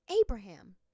Abraham